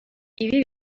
ibi